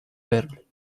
belly